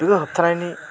बेखौ होबथानायनि